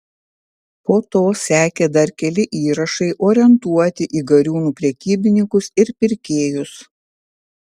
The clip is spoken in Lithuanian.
po to sekė dar keli įrašai orientuoti į gariūnų prekybininkus ir pirkėjus